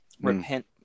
repent